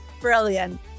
Brilliant